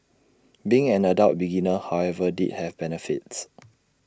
being an adult beginner however did have benefits